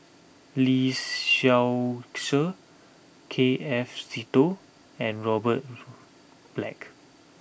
Lee Seow Ser K F Seetoh and Robert Black